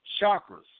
chakras